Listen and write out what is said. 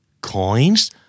coins